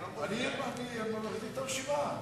אני מחזיק את הרשימה.